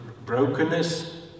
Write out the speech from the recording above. brokenness